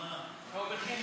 לא, אני,